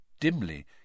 Dimly